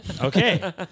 okay